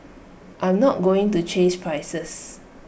I'm not going to chase prices